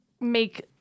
make